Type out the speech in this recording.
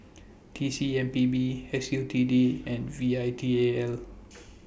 T C M P B S U T D and V I T A L